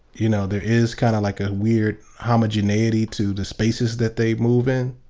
you know, there is kind of like a weird homogeneity to the spaces that they move in.